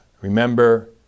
remember